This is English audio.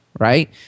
right